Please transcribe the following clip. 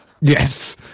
Yes